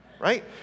right